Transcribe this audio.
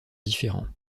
différents